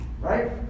Right